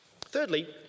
Thirdly